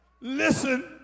Listen